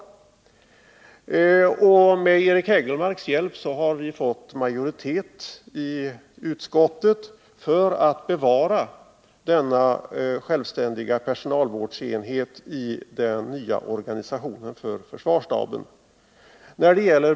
Med Eric Hägelmarks hjälp har vi fått majoritet i utskottet för att bevara denna självständiga personalvårdsenhet i den nya organisationen för försvarsstaben.